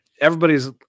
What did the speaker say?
everybody's